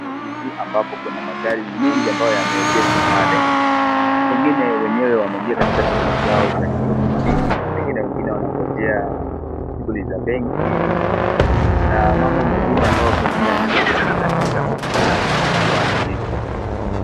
Kwa jiji ambapo kuna magari mengi. Pengine wenyewe wameingia katika shughli zao za kiofisini. Pengine wengine wanangojea shughuli za benki na mambo mengine ambayo yanaweza kufanyika katika muktadha wa jiji.